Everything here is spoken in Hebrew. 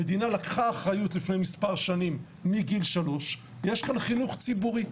המדינה לקחת אחריות לפני מספר שנים מגיל שלוש ויש כאן חינוך ציבורי.